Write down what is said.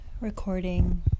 recording